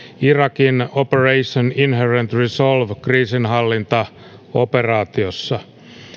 irakin operation inherent resolve kriisinhallintaoperaatiossa